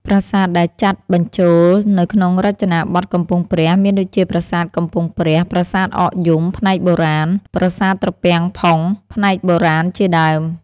ប្រាសាទដែលចាត់បញ្ចូលនៅក្នុងរចនាប័ទ្មកំពង់ព្រះ មានដូចជាប្រាសាទកំពង់ព្រះ ប្រាសាទអកយំ ផ្នែកបុរាណ ប្រាសាទត្រពាំងផុង ផ្នែកបុរាណ ជាដើម។